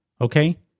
Okay